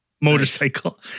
Motorcycle